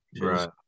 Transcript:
Right